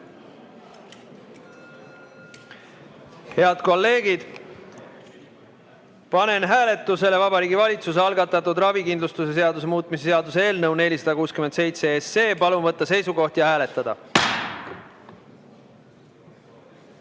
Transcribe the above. Head kolleegid, panen hääletusele Vabariigi Valitsuse algatatud ravikindlustuse seaduse muutmise seaduse eelnõu 467. Palun võtta seisukoht ja hääletada!